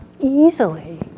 easily